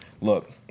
look